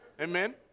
Amen